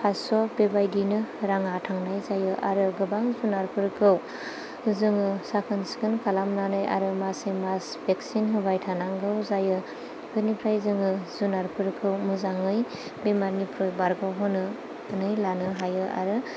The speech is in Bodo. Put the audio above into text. फासस' बेबायदिनो राङा थांनाय जायो आरो गोबां जुनारफोरखौ जोङो साखोन सिखोन खालामनानै आरो मासे मास भेक्सिन होबाय थानांगौ जायो बेनिफ्राय जोङो जुनारफोरखौ मोजाङै बेमारनिफ्राय बारग' होनो थुनानै लानो हायो आरो